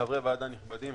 חברי ועדה נכבדים,